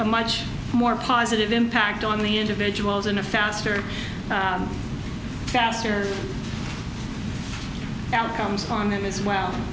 a much more positive impact on the individuals in a faster faster outcomes on them as well